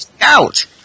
Out